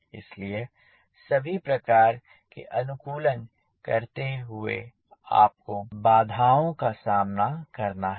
इसलिए सभी प्रकार के अनुकूलन करते हुए आपको बाधाओं का सामना करना है